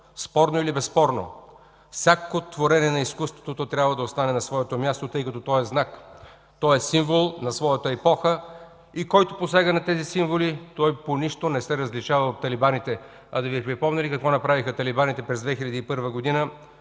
спорно или безспорно, всяко творение на изкуството трябва да остане на своето място, тъй като то е знак, символ на своята епоха и който посяга на тези символи, по нищо не се различава от талибаните. Да Ви припомня ли какво направиха талибаните през 2001 г.,